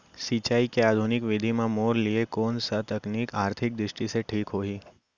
सिंचाई के आधुनिक विधि म मोर लिए कोन स तकनीक आर्थिक दृष्टि से ठीक होही?